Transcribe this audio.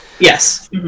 Yes